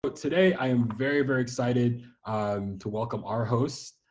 but today, i am very, very excited to welcome our host,